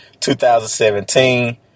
2017